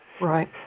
Right